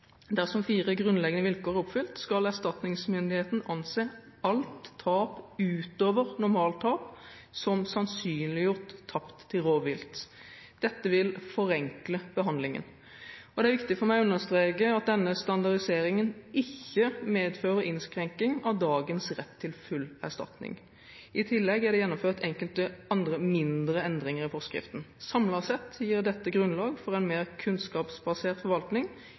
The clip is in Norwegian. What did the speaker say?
Dersom fire grunnleggende vilkår er oppfylt, skal erstatningsmyndigheten anse alt tap utover normaltap som sannsynliggjort tapt til rovvilt. Dette vil forenkle behandlingen. Det er viktig for meg å understreke at denne standardiseringen ikke medfører innskrenkning i dagens rett til full erstatning. I tillegg er det gjennomført enkelte andre mindre endringer i forskriften. Samlet sett gir dette grunnlag for en mer kunnskapsbasert forvaltning,